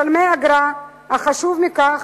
כמשלמי אגרה, אך חשוב מכך,